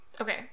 Okay